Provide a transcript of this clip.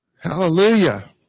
Hallelujah